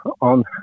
on